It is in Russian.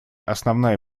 основная